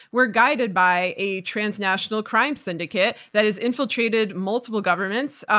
we're guided by a transnational crime syndicate that has infiltrated multiple governments.